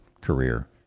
career